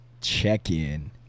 check-in